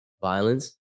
violence